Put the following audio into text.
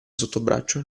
sottobraccio